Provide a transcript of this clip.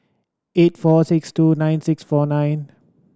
eight four six two nine six four nine